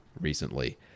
recently